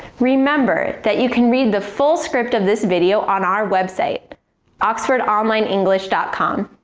remember that you can read the full script of this video on our website oxford online english dot com.